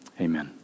Amen